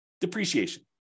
depreciation